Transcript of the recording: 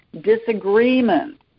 disagreement